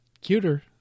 cuter